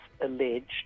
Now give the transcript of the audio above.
alleged